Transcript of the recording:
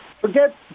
forget